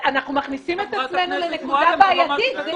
אנחנו מכניסים את עצמנו לנקודה בעייתית.